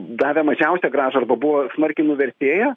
davė mažiausią grąžą arba buvo smarkiai nuvertėję